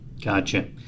Gotcha